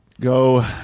Go